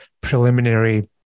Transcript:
preliminary